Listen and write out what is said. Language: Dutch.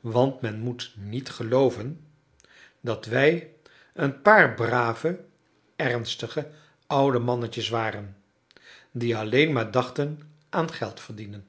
want men moet niet gelooven dat wij een paar brave ernstige oude mannetjes waren die alleen maar dachten aan geld verdienen